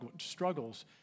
struggles